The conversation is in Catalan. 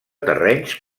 terrenys